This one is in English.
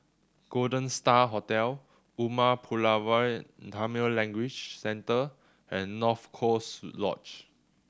Golden Star Hotel Umar Pulavar Tamil Language Centre and North Coast Lodge